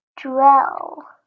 dwell